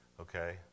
okay